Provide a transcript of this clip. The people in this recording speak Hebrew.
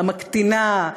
המקטינה,